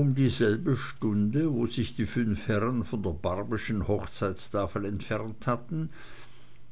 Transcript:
um dieselbe stunde wo sich die fünf herren von der barbyschen hochzeitstafel entfernt hatten